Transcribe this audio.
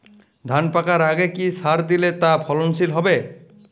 ধান পাকার আগে কি সার দিলে তা ফলনশীল হবে?